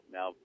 Now